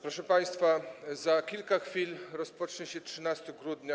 Proszę państwa, za kilka chwil rozpocznie się 13 grudnia.